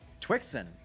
Twixen